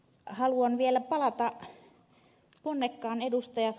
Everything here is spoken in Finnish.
haluan vielä palata ponnekkaan ed